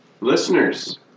listeners